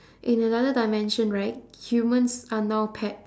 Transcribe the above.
in another dimension right humans are now pet